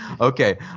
Okay